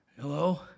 Hello